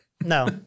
no